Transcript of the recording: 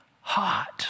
hot